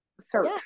search